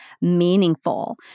meaningful